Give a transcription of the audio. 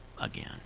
again